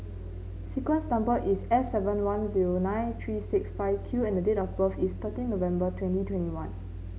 sequence's number is S seven one zero nine three six five Q and date of birth is thirteen November twenty twenty one